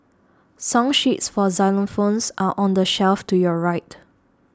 song sheets for xylophones are on the shelf to your right